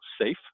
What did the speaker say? safe